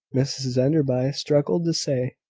mrs enderby struggled to say,